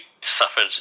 suffered